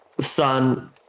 sun